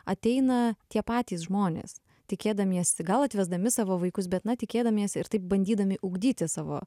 ateina tie patys žmonės tikėdamiesi gal atvesdami savo vaikus bet na tikėdamiesi ir taip bandydami ugdyti savo